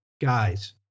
guys